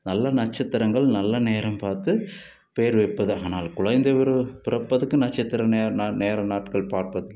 நல்ல நட்சத்திரங்கள் நல்ல நேரம் பார்த்து பேர் வைப்பதாக நாள் குழந்தை ஒரு பிறப்பதக்கு நட்சத்திரம் நேரம் நாட்கள் பார்ப்பது